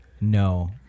no